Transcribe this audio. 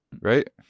right